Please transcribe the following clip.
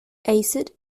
acid